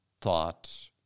thought